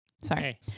Sorry